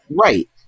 right